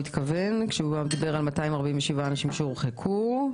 התכוון כשהוא דיבר על 247 אנשים שהורחקו.